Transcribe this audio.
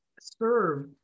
serve